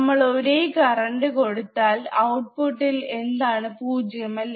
നമ്മൾ ഒരേ കറണ്ട് കൊടുത്താൽ ഔട്ട്പുട്ട് എന്താണ് പൂജ്യം ആണ് അല്ലേ